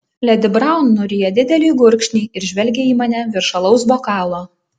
ledi braun nuryja didelį gurkšnį ir žvelgia į mane virš alaus bokalo